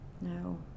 no